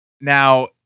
Now